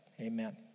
Amen